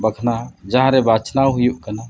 ᱵᱟᱠᱷᱱᱟ ᱡᱟᱦᱟᱨᱮ ᱵᱟᱪᱷᱱᱟᱣ ᱦᱩᱭᱩᱜ ᱠᱟᱱᱟ